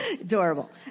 adorable